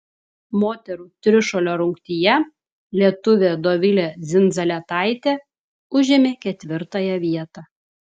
moterų trišuolio rungtyje lietuvė dovilė dzindzaletaitė užėmė ketvirtąją vietą